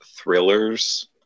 thrillers